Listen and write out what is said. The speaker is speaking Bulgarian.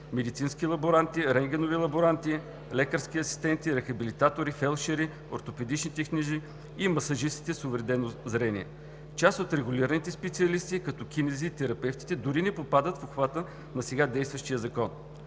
медицински лаборанти, рентгенови лаборанти, лекарски асистенти, рехабилитатори, фелдшери, ортопедични техници и масажистите с увредено зрение. Част от регулираните специалисти като кинезитерапевтите дори не попадат в обхвата на сега действащия закон.